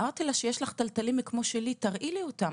אמרתי לה, יש לך תלתלים כמו שלי, תראי לי אותם.